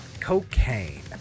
cocaine